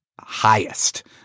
highest